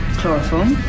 Chloroform